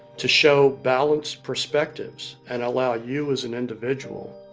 to show balance perspectives and allow you as an individual,